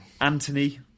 Anthony